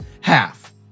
Half